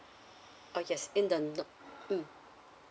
oh yes in the note mm